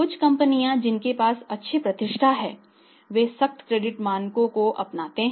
कुछ कंपनियां जिनके पास अच्छी प्रतिष्ठा है वे सख्त क्रेडिट मानक को अपनाते हैं